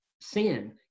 sin